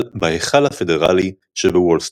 בהיכל הפדרלי שבוול סטריט.